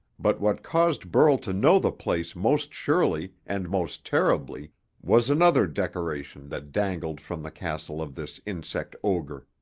but what caused burl to know the place most surely and most terribly was another decoration that dangled from the castle of this insect ogre.